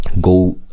Go